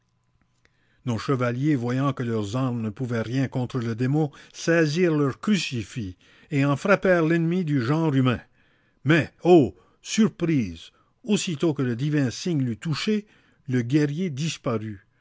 nos chevaliers voyant que leurs armes ne pouvaient rien contre le démon saisirent leur crucifix et en frappèrent l'ennemi du genre humain mais ô surprise aussitôt que le divin signe l'eût touché le guerrier disparut